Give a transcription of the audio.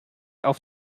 auf